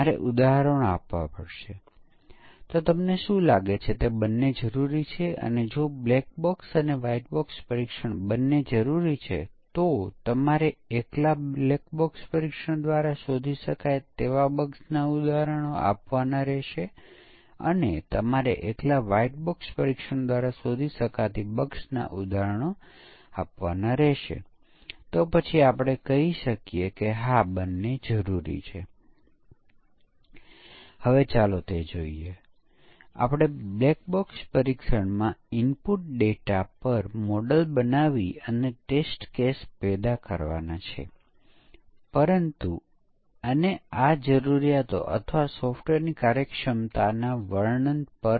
ખરેખર જવાબ એ છે કે યુનિટ પરીક્ષણ એ ચકાસણી પ્રવૃત્તિ હશે તે વેલિડેશન પ્રવૃત્તિ નથી કારણ કે વેલિડેશનનો અર્થ છે આપણે આવશ્યકતાના સંદર્ભમાં આખી સિસ્ટમનું પરીક્ષણ કરી રહ્યા છીએ જ્યારે યુનિટ પરીક્ષણમાં આપણે ડિઝાઇનના સંદર્ભમાં ફક્ત એક જ કાર્ય અથવા યુનિટનું પરીક્ષણ કરીએ છીએ